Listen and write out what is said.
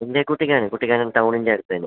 എന്റെ കുട്ടിക്കാനം കുട്ടിക്കാനം ടൗണിൻ്റെ അടുത്തുതന്നെ